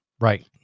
Right